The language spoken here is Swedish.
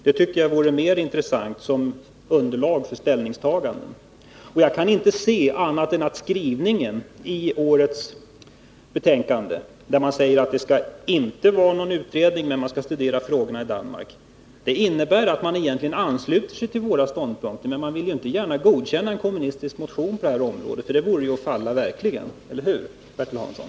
Det tycker jag vore mer intressant som underlag för ett ställningstagande. Jag kan inte finna annat än att utskottets skrivning i årets betänkande — man säger att det inte finns anledning att göra någon utredning i fråga om en bibliotekslag i Sverige men att utredningen skall studera förhållandena i Danmark — egentligen innebär att man ansluter sig till våra ståndpunkter. Men man vill inte gärna tillstyrka en kommunistisk motion på det här området, för det vore ju verkligen att falla. Eller hur, Bertil Hansson?